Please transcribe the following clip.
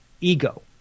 ego